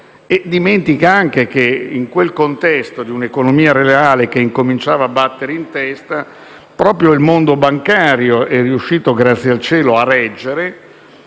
e dimentica anche che, nel contesto di un'economia reale che cominciava a battere in testa, proprio il mondo bancario è riuscito - grazie al cielo - a reggere